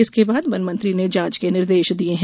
इसके बाद वनमंत्री ने जांच के निर्देश दिये हैं